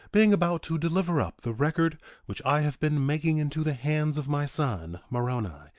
being about to deliver up the record which i have been making into the hands of my son moroni,